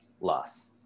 loss